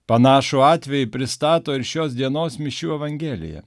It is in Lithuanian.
panašų atvejį pristato ir šios dienos mišių evangelija